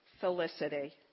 felicity